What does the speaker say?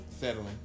Settling